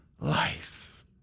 life